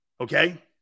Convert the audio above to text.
Okay